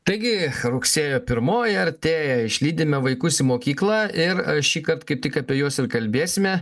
taigi rugsėjo pirmoji artėja išlydime vaikus į mokyklą ir šįkart kaip tik apie juos ir kalbėsime